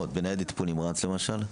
בניידת טיפול נמרץ, למשל?